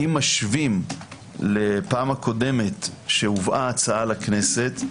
אם משווים לפעם הקודמת שהובאה הצעה לכנסת,